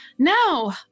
No